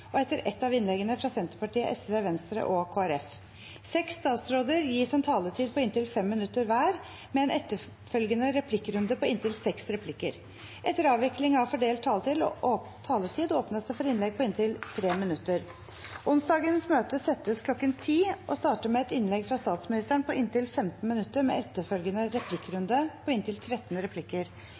og etter ett av innleggene fra Senterpartiet, Sosialistisk Venstreparti, Venstre og Kristelig Folkeparti. Seks statsråder gis en taletid på inntil 5 minutter hver, med en etterfølgende replikkrunde på inntil seks replikker. Etter avvikling av fordelt taletid åpnes det for innlegg på inntil 3 minutter. Torsdagens møte settes kl. 10 og starter med et innlegg fra statsministeren på inntil 15 minutter med etterfølgende replikkrunde på inntil 13 replikker,